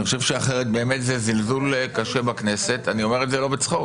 אני חושב שאחרת באמת זה זלזול קשה בכנסת אני אומר את זה לא בצחוק.